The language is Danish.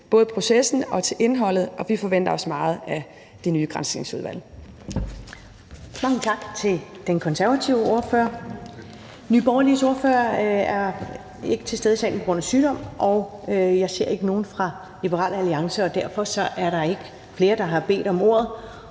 både processen og til indholdet. Vi forventer os meget af det nye granskningsudvalg.